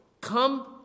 come